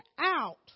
out